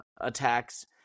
attacks